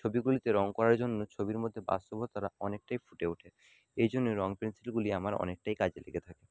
ছবিগুলিতে রঙ করার জন্য ছবির মধ্যে বাস্তবতাটা অনেকটাই ফুটে ওঠে এই জন্য রং পেনসিলগুলি আমার অনেকটাই কাজে লেগে থাকে